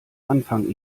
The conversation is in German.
anfang